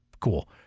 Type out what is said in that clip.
Cool